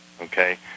okay